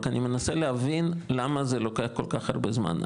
רק אני מנסה להבין למה זה לוקח כל כך הרבה זמן.